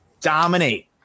dominate